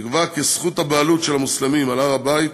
נקבע כי זכות הבעלות של המוסלמים על הר-הבית